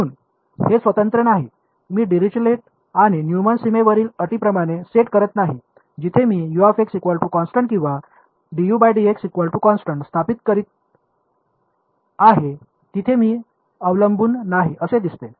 म्हणून हे स्वतंत्र नाही मी डिरिचलेट आणि न्यूमॅन सीमेवरील अटींप्रमाणे सेट करत नाही जिथे मी किंवा स्थापित करीत आहे तिथे मी अवलंबून नाही असे दिसते